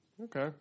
Okay